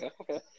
okay